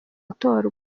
gutorwa